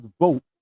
vote